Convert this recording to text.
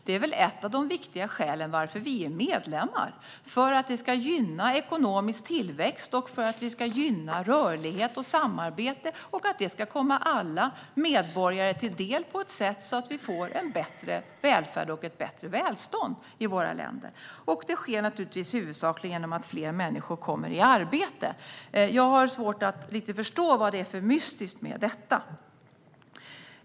Det är väl ett av de viktiga skälen till att vi är medlemmar: Det ska gynna ekonomisk tillväxt, rörlighet och samarbete och komma alla medborgare till del så att vi får en bättre välfärd och ett bättre välstånd i våra länder. Detta sker naturligtvis huvudsakligen genom att fler människor kommer i arbete. Jag har svårt att förstå vad det är för mystiskt med detta.